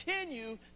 continue